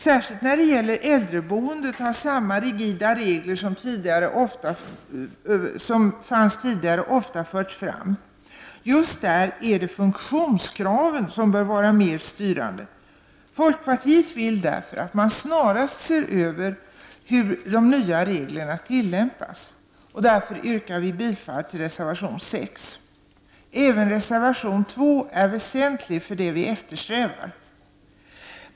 Särskilt var det gäller äldreboendet har samma rigida regler som fanns tidigare ofta förts fram. Just där är det funktionskraven som bör vara mer styrande. Folkpartiet vill därför att man snarast ser över hur de nya reglerna tillämpas. Därför yrkar vi bifall till reservation 6. Även reservation 2 är väsentlig för det vi eftersträvar.